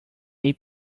from